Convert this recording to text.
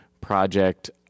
project